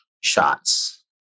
shots